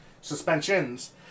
Suspensions